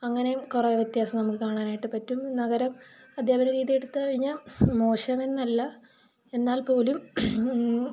അങ്ങനെ കുറേ വ്യത്യാസം നമ്മള് കാണാനായിട്ട് പറ്റും നഗരം അധ്യാപന രീതി എടുത്ത് കഴിഞ്ഞാൽ മോശമെന്നല്ല എന്നാല് പോലും